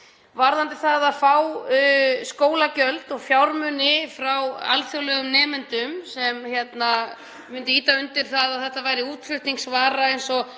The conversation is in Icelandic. Varðandi það að fá skólagjöld og fjármuni frá alþjóðlegum nemendum sem myndi ýta undir það að þetta væri útflutningsvara, eins og